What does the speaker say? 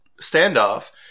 standoff